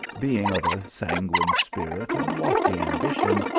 being of a sanguine spirit and lofty ambition,